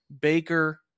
Baker